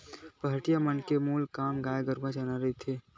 पहाटिया मन के मूल काम गाय गरु ल चराना रहिथे